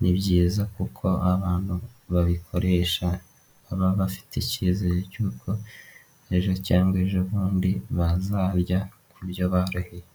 ni byiza kuko abantu babikoresha, baba bafite icyizere cy'uko ejo cyangwa ejo bondi bazarya, ku byo baruhiye.